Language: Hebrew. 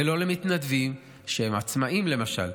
ולא למתנדבים שהם עצמאים, למשל.